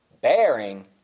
bearing